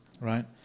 Right